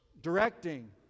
directing